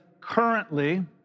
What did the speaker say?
currently